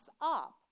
up